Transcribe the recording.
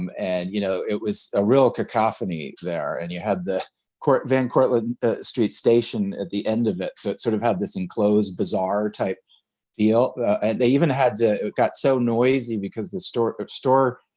um and, you know, it was a real cacophony there. and you had the cort van cortlandt street station at the end of it, so it sort of had this enclosed bazaar type feel. and they even had to it got so noisy because the store of store